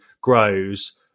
grows